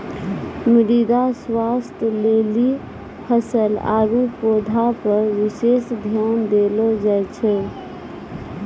मृदा स्वास्थ्य लेली फसल आरु पौधा पर विशेष ध्यान देलो जाय छै